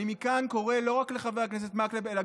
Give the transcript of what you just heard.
אני מכאן קורא לא רק לחבר הכנסת מקלב אלא